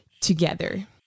together